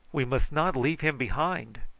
we must not leave him behind.